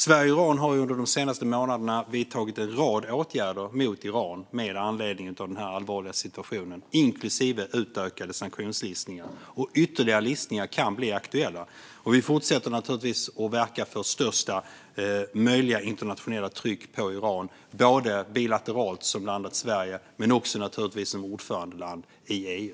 Sverige och EU har under de senaste månaderna vidtagit en rad åtgärder mot Iran med anledning av den här allvarliga situationen, inklusive utökade sanktionslistningar. Ytterligare listningar kan bli aktuella, och vi fortsätter naturligtvis att verka för största möjliga internationella tryck på Iran - bilateralt som landet Sverige men också som ordförandeland i EU.